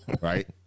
right